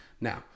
Now